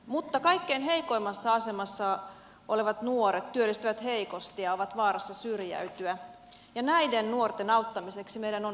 mutta kaikkein heikoimmassa asemassa olevat nuoret työllistyvät heikosti ja ovat vaarassa syrjäytyä ja näiden nuorten auttamiseksi meidän on toimittava